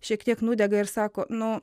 šiek tiek nudega ir sako nu